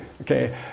Okay